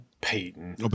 Peyton